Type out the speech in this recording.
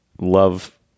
love